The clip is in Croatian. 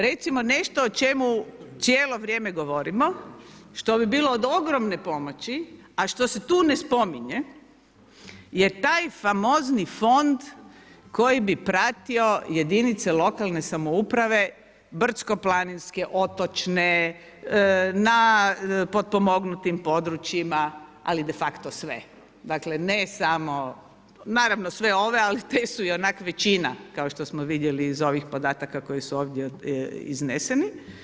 Recimo nešto o čemu cijelo vrijeme govorimo što bi bilo od ogromne pomoći a što se tu ne spominje je taj famozni fond koji bi pratio jedinice lokalne samouprave brdsko-planinske, otočne, na potpomognutim područjima, ali defacto sve, dakle ne samo, naravno sve ove ali te su ionako većina, kao što smo i vidjeli iz ovih podataka koji su ovdje izneseni.